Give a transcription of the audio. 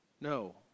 No